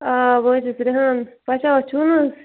آ بہٕ حظ چھَس رِہان سجاد چھُو نہٕ حظ